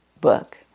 book